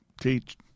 teach